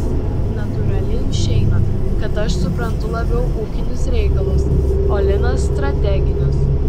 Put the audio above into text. natūraliai išeina kad aš suprantu labiau ūkinius reikalus o linas strateginius